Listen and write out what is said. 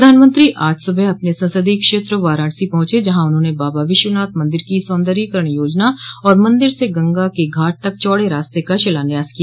प्रधानमंत्री आज सुबह अपने संसदीय क्षेत्र वाराणसी पहुंचे जहां उन्होंने बाबा विश्वनाथ मंदिर की सौंदर्यीकरण योजना और मंदिर से गंगा के घाट तक चौड़े रास्ते का शिलान्यांस किया